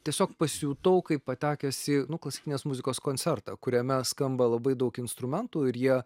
tiesiog pasijutau kaip patekęs į nu klasikinės muzikos koncertą kuriame skamba labai daug instrumentų ir jie